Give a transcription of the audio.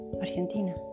Argentina